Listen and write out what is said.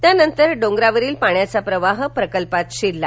त्यानंतर डोंगरावरील पाण्याचा प्रवाह प्रकल्पात शिरला